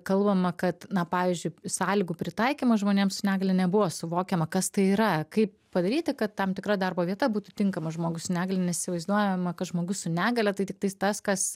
kalbama kad na pavyzdžiui sąlygų pritaikymą žmonėms su negalia nebuvo suvokiama kas tai yra kaip padaryti kad tam tikra darbo vieta būtų tinkama žmogui su negalia nes įsivaizduojama kad žmogus su negalia tai tiktai tas kas